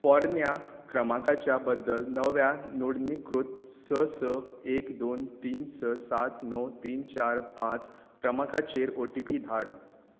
पोरन्या क्रमांकाच्या बद्दल नव्या नोंदणीकृत स स एक दोन तीन स सात णव तीन चार पांच क्रमांकाचेर ओ टी पी धाड